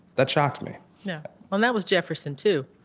that shocked me yeah. and that was jefferson too,